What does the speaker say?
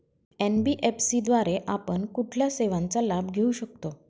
NBFC द्वारे आपण कुठल्या सेवांचा लाभ घेऊ शकतो?